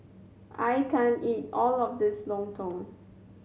I can't eat all of this lontong